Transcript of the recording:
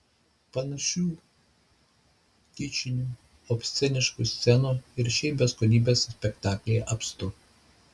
panašių kičinių obsceniškų scenų ir šiaip beskonybės spektaklyje apstu